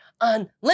unlimited